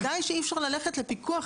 הוראות לעניין הפיקוח